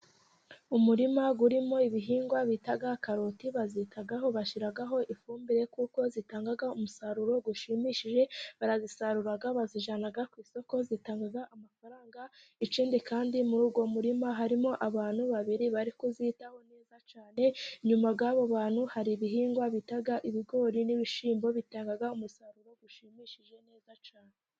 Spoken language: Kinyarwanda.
Umurima urimo ibihingwa bita karoti, bazitaho, bashyiraho ifumbire, kuko zitanga umusaruro ushimishije, barazisarura, bazijyana ku isoko, zitanga amafaranga, ikindi kandi muri uwo murima harimo abantu babiri bari kuzitaho neza cyane, inyuma y'abo bantu hari ibihingwa bita ibigori n'ibishyimbo, bitanga umusaruro ushimishije neza cyane.